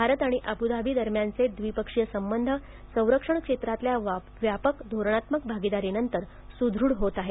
भारत आणि Abu Dhabi दरम्यानचे द्विपक्षीय संबंध संरक्षण क्षेत्रांतल्या व्यापक धोरणात्मक भागीदारीनंतर सुदृढ होत आहेत